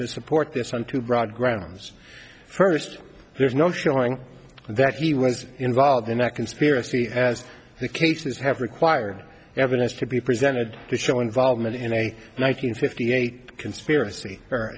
to support this on two broad grounds first there's no showing that he was involved in a conspiracy has he cases have required evidence to be presented to show involvement in a nine hundred fifty eight conspiracy